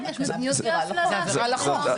זה עבירה על החוק.